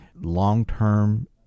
long-term